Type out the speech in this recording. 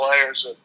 players